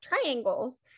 triangles